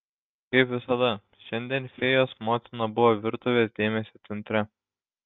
kaip visada šiandien fėjos motina buvo virtuvės dėmesio centre